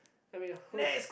I mean who